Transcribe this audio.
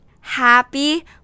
Happy